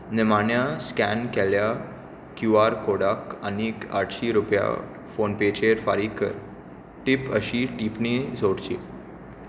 निमाण्या स्कॅन केल्ल्या Q R कोडाक आनीक आठशीं रुपया फोनपेचेर फारीक कर टीप अशी टिप्पणी जोडची